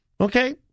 Okay